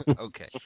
Okay